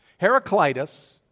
Heraclitus